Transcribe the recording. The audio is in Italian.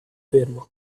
fermo